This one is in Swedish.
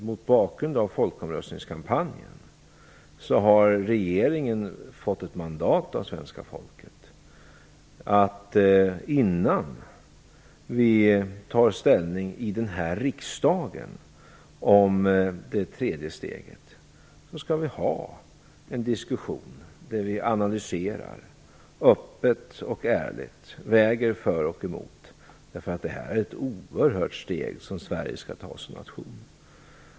Mot bakgrund av folkomröstningskampanjen har regeringen fått ett mandat av svenska folket att vi innan riksdagen tar ställning om det tredje steget skall ha en diskussion där vi öppet och ärligt analyserar och väger för och emot. Det är ett oerhört steg som Sverige skall ta som nation.